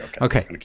okay